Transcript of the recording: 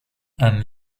and